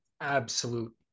absolute